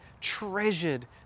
treasured